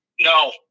No